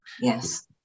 Yes